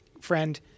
friend